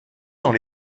dans